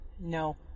No